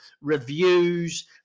reviews